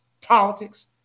politics